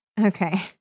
Okay